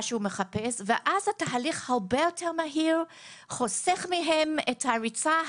ואז התהליך הרבה יותר מהיר וחוסך מהם את הריצה,